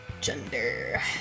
Gender